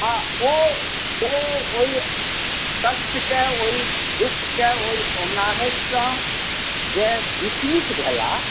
आ ओ ओ ओहि तथ्यके ओहि दुःखके ओय औंगनाहयटसँ जे विचलित भेलाह